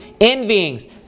envyings